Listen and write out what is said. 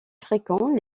fréquents